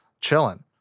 chilling